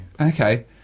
Okay